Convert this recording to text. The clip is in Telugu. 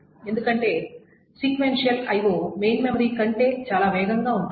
ఎందుకంటే sequential I O main memory కంటే చాలా వేగంగా ఉంటుంది